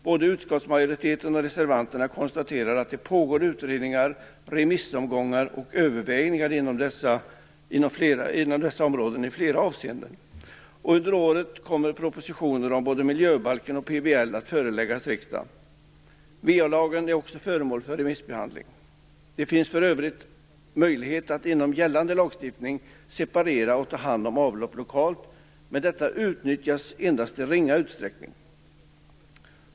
Både utskottsmajoriteten och reservanterna konstaterar att det pågår utredningar, remissomgångar och överväganden inom dessa områden i flera avseenden. Under året kommer propositioner om både miljöbalken och PBL att föreläggas riksdagen. VA lagen är också föremål för remissbehandling. Det finns för övrigt möjlighet att inom gällande lagstiftning separera och ta hand om avlopp lokalt, men detta utnyttjas endast i ringa utsträckning.